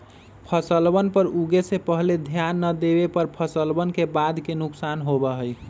फसलवन पर उगे से पहले ध्यान ना देवे पर फसलवन के बाद के नुकसान होबा हई